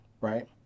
right